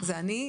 מי נגד?